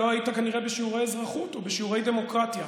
לא היית כנראה בשיעורי אזרחות או בשיעורי דמוקרטיה.